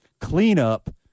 Cleanup